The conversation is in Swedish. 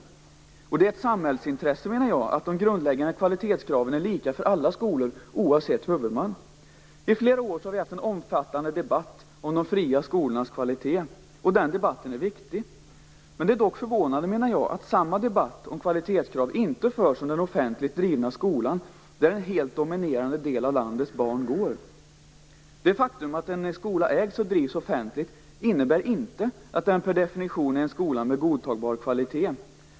Jag menar att det är ett samhällsintresse att de grundläggande kvalitetskraven är lika för alla skolor oavsett huvudman. I flera år har en omfattande debatt pågått om kvaliteten på de fria skolorna. Den debatten är viktig. Det är dock förvånande att samma debatt om kvalitetskrav inte förs om den offentligt drivna skolan, där en helt dominerande del av landets barn går. Det faktum att en skola ägs och drivs offentligt innebär inte att den per definition är en skola med godtagbar kvalitet.